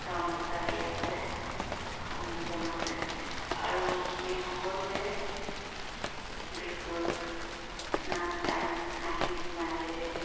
গামোচা দিয়া হয় সন্মান জনাওঁতে আৰু আমি সকলোৱে বিহুৰ নাচ গান হাঁহি ধেমালিৰে